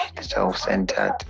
self-centered